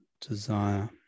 desire